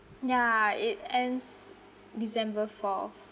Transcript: yeah it ends december fourth